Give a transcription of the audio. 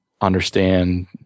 understand